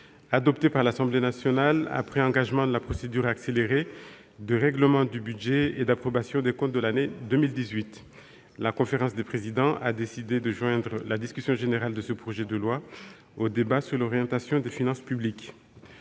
adopté par l'Assemblée nationale après engagement de la procédure accélérée, de règlement du budget et d'approbation des comptes de l'année 2018 (projet n° 589, rapport n° 625). La conférence des présidents a décidé de joindre la discussion générale de ce projet de loi au débat sur l'orientation des finances publiques.